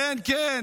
כי אתה כל כך עלוב,